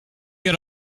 get